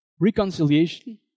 reconciliation